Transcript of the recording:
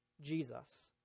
jesus